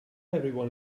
everyone